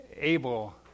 able